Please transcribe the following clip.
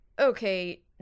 okay